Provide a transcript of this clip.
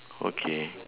okay